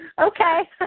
Okay